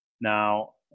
Now